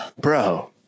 Bro